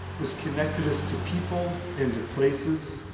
has connected us to people and to places,